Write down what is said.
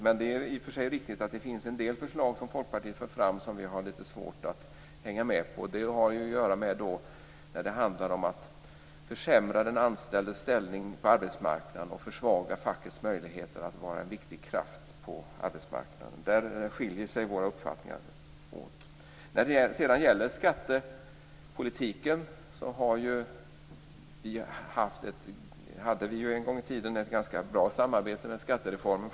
Men det är i och för sig riktigt att Folkpartiet för fram en del förslag som vi har lite svårt att hänga med på. Det har att göra med att det handlar om att försämra den anställdes ställning på arbetsmarknaden och försvaga fackets möjlighet att vara en viktig kraft på arbetsmarknaden. Där skiljer sig våra uppfattningar åt. När det sedan gäller skattepolitiken hade Folkpartiet och Socialdemokraterna en gång i tiden ett ganska bra samarbete kring skattereformen.